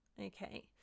Okay